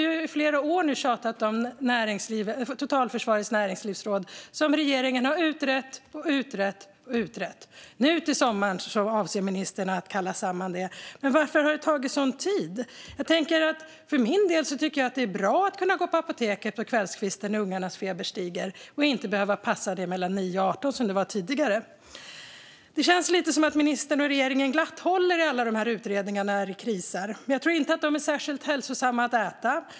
I flera år har vi tjatat om att inrätta Totalförsvarets näringslivsråd, och regeringen har utrett och utrett frågan. Nu till sommaren avser ministern att kalla samman rådet. Men varför har det tagit sådan tid? För min del tycker jag att det är bra att kunna gå till apoteket på kvällskvisten när ungarnas feber stiger och inte behöva passa öppettiderna mellan 9 och 18 - som det var tidigare. Det känns lite som att ministern och regeringen glatt håller i alla dessa utredningar när det krisar, men jag tror inte att de är särskilt hälsosamma att äta.